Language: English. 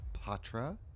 Patra